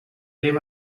live